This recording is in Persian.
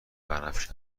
بنفش